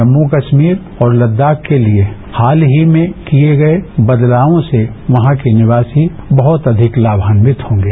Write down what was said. जम्मू कस्मीर और लद्दाख के लिए हाल ही में किए गए बदलावों से वहां के निवासी बहुत अधिक लाभान्वित होंगे